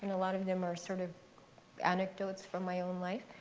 and a lot of them are sort of anecdotes from my own life.